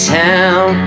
town